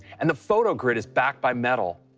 and the photo grid is backed by metal,